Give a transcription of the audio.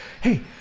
Hey